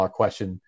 question